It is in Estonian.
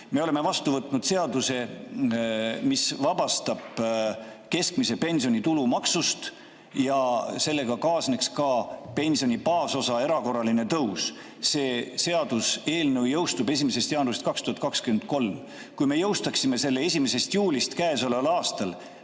Me oleme vastu võtnud seaduse, mis vabastab keskmise pensioni tulumaksust, sellega kaasneks ka pensioni baasosa erakorraline tõus. See seadus jõustub 1. jaanuaril 2023. Kui me jõustaksime selle 1. juulil käesoleval aastal,